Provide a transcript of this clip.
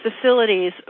facilities